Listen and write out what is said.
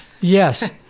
Yes